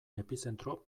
epizentro